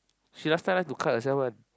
she last time like to cut herself one